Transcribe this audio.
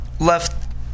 left